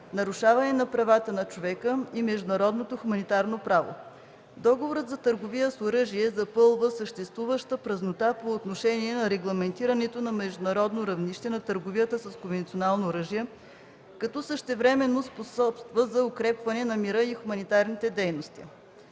нарушаване на правата на човека и международното хуманитарно право. Договорът за търговията с оръжие запълва съществуваща празнота по отношение на регламентирането на международно равнище на търговията с конвенционално оръжие, като същевременно способства за укрепването на мира и хуманитарните дейности.